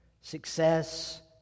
success